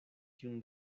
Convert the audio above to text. tiun